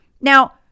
Now